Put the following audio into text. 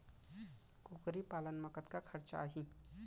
कुकरी पालन म कतका खरचा आही?